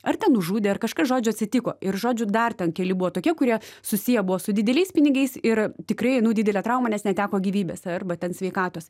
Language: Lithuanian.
ar ten nužudė ar kažkas žodžiu atsitiko ir žodžių dar ten keli buvo tokie kurie susiję buvo su dideliais pinigaisir tikrai nu didelė trauma nes neteko gyvybės arba ten sveikatos